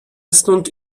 stąd